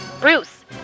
Bruce